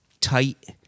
tight